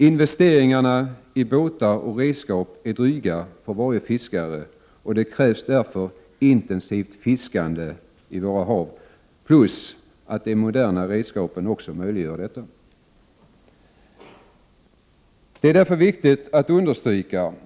Investeringarna i båtar och redskap är dryga för varje fiskare och det krävs därför intensivt fiskande i våra hav plus att de moderna redskapen möjliggör detta.